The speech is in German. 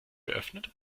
geöffnet